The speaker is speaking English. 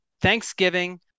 Thanksgiving